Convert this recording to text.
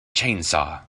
chainsaw